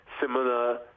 similar